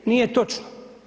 Nije točno.